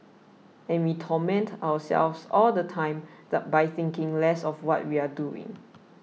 and we torment ourselves all the time that by thinking less of what we are doing